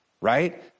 Right